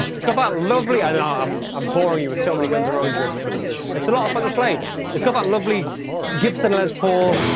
it's got that lovely and um i'm boring you with so many guns n roses riffs, but it's it's a lot of fun to play it's got that lovely gibson les paul.